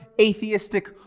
atheistic